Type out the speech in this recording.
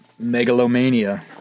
megalomania